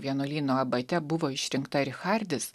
vienuolyno abate buvo išrinkta richardis